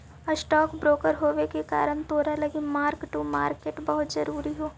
stock broker होबे के कारण तोरा लागी मार्क टू मार्केट बहुत जरूरी हो